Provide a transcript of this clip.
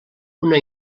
una